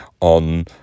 on